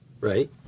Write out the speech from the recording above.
Right